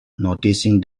noticing